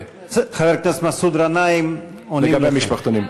חבר הכנסת מסעוד גנאים, עונים לך.